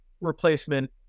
replacement